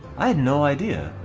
have no idea